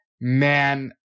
man